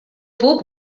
puc